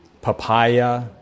papaya